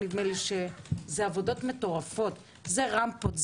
זה עבודות מטורפות רמפות,